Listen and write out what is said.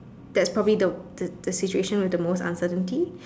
that's the probably the the the situation with the most uncertainty